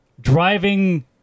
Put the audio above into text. driving